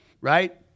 right